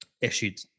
issued